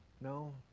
no